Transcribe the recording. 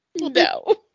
no